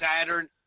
Saturn